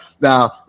now